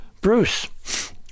Bruce